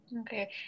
Okay